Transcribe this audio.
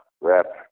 rep